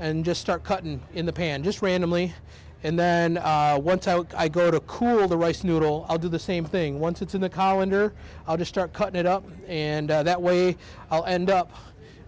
and just start cutting in the pan just randomly and then when i go to a corner of the rice noodle i'll do the same thing once it's in the colander i'll just start cutting it up and that way i'll end up